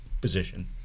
position